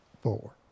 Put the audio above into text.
Four